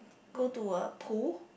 go to a pool